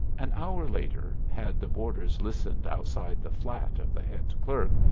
an hour later, had the boarders listened outside the flat of the head clerk,